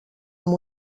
amb